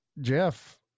Jeff